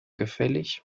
gefällig